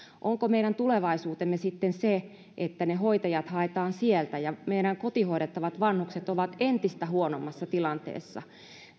onko meidän tulevaisuutemme sitten se että ne hoitajat haetaan sieltä ja meidän kotihoidettavat vanhuksemme ovat entistä huonommassa tilanteessa